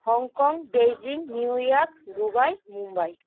Hong Kong Beijing New York Dubai Mumbai